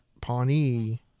Pawnee